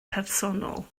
personol